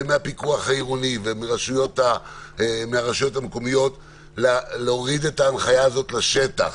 מהפיקוח העירוני ומהרשויות המקומיות להוריד את ההנחיה הזאת לשטח.